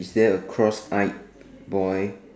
is there a cross eyed boy